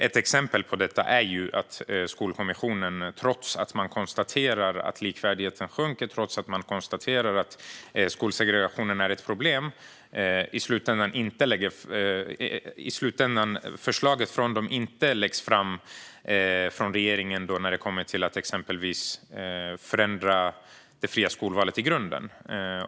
Ett exempel på det är att trots att Skolkommissionen konstaterar att likvärdigheten sjunker och att skolsegregationen är ett problem lägger regeringen inte fram Skolkommissionens förslag när det gäller att exempelvis förändra det fria skolvalet i grunden.